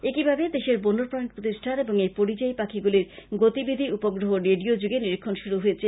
একইভাবে দেশের বন্যপ্রানী প্রতিষ্ঠান ও এই পরিজাই পাখীগুলির গতিবিধি উপগ্রহ রেডিও যোগে নিরীক্ষণ শুরু করেছে